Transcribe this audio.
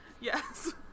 Yes